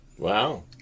Wow